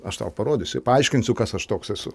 aš tau parodysiu paaiškinsiu kas aš toks esu